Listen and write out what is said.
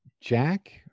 Jack